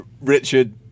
richard